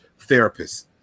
therapists